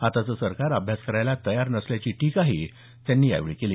आत्ताचं सरकार अभ्यास करायलाच तयार नसल्याची टीका त्यांनी यावेळी केली